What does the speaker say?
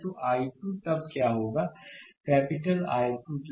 तो I2 तब क्या होगा कैपिटल I2 तो